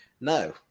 No